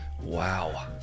Wow